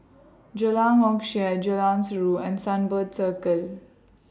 Jalan Hock Chye Jalan Surau and Sunbird Circle